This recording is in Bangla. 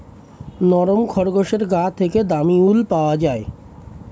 নরম খরগোশের গা থেকে দামী উল পাওয়া যায়